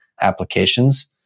applications